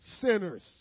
sinners